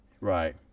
Right